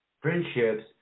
friendships